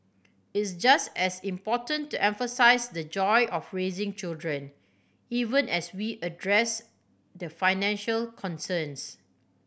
it's just as important to emphasise the joy of raising children even as we address the financial concerns